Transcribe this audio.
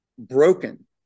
broken